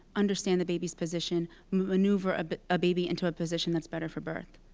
understand the baby's position, maneuver ah but a baby into a position that's better for birth,